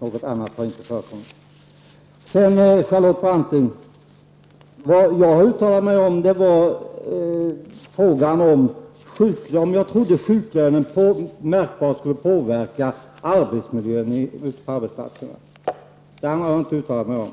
Något annat har inte förekommit. Det jag uttalat mig om, Charlotte Branting, var om jag trodde sjuklönen skulle märkbart påverka arbetsmiljön ute på arbetsplatserna. Något annat har jag inte uttalat mig om.